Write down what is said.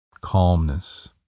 Calmness